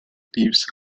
leaves